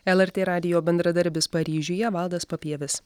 lrt radijo bendradarbis paryžiuje valdas papievis